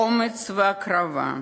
אומץ והקרבה.